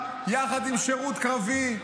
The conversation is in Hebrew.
יחד עם שירות קרבי.